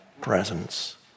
presence